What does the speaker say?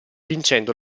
vincendo